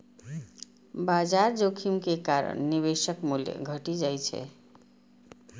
बाजार जोखिम के कारण निवेशक मूल्य घटि जाइ छै